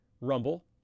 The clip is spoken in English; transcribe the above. Rumble